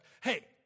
hey